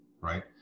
right